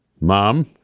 Mom